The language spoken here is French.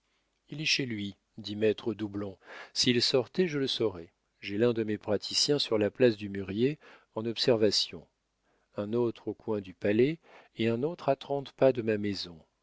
il est chez lui dit maître doublon s'il sortait je le saurais j'ai l'un de mes praticiens sur la place du mûrier en observation un autre au coin du palais et un autre à trente pas de ma maison